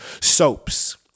soaps